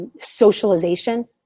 socialization